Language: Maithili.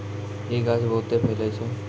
इ गाछ बहुते फैलै छै